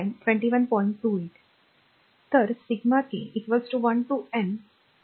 तर sigma k 1 to N R1 N Rk